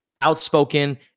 outspoken